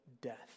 death